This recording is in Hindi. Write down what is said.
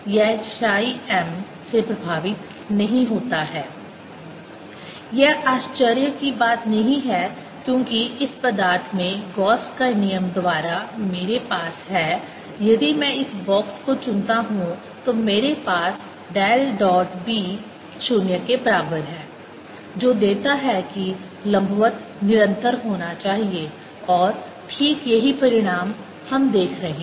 MMHinsideMB0 M M1MMB0 MMM1B0 BBapplied Bdue to M HHapplied Hdue to MB0 MM1B0B01M1 Net field B0HM यह आश्चर्य की बात नहीं है क्योंकि इस पदार्थ में गौस का नियम gauss's law द्वारा मेरे पास है यदि मैं इस बॉक्स को चुनता हूं तो मेरे पास डेल डॉट b 0 के बराबर है जो देता है कि b लंबवत निरंतर होना चाहिए और ठीक यही परिणाम हम देख रहे हैं